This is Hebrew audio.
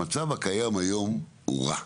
המצב הקיים היום הוא רע,